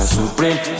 Supreme